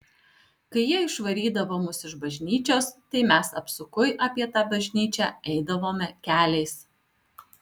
kai jie išvarydavo mus iš bažnyčios tai mes apsukui apie tą bažnyčią eidavome keliais